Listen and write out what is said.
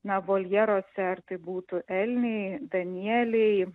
na voljeruose ar tai būtų elniai danieliai